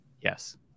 Yes